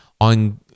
on